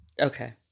Okay